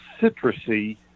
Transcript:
citrusy